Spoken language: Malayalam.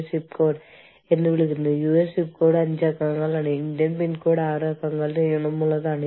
അതിനാൽ എന്താണ് ബാധകമായത് എവിടെയാണ് അതിനനുസരിച്ച് നടപ്പിലാക്കുന്നത് തുടങ്ങിയവയെല്ലാം കണ്ടെത്തേണ്ടത് ഹ്യൂമൻ റിസോഴ്സ് മാനേജരുടെ ഉത്തരവാദിത്തമാണ്